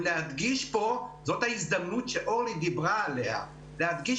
ולהדגיש פה זאת ההזדמנות שאורלי דיברה עליה להדגיש